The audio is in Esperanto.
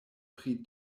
pri